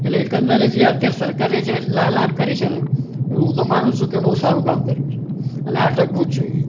એટલે એકંદરે જે અત્યારે સરકારે જે લાલ આંખ કરી છે ને એ હું તો માનું છું કે બહુ સારું કામ કર્યું છે અને આ અટકવું જ જોઈએ